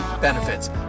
benefits